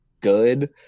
good